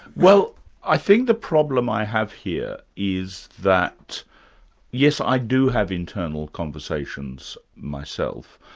well i think the problem i have here is that yes i do have internal conversations myself,